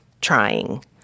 trying